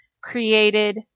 created